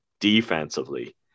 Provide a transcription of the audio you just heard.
defensively